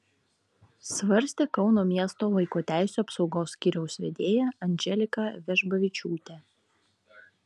svarstė kauno miesto vaiko teisių apsaugos skyriaus vedėja andželika vežbavičiūtė